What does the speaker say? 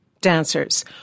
dancers